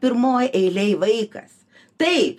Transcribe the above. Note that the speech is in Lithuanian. pirmoj eilėj vaikas tai